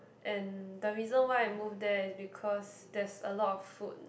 and the reason why I move there is because there's a lot of food